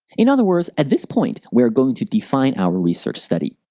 in other words, at this point, we are going to define our research study.